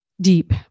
deep